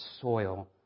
soil